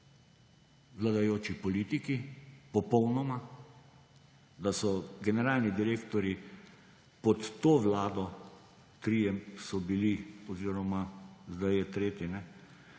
vladajoči politiki, popolnoma, da so generalni direktorji pod to vlado, trije so bili oziroma sedaj je tretji,